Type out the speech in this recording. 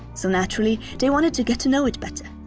so naturally they wanted to get to know it better.